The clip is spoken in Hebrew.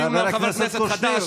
אני אולי חבר כנסת חדש,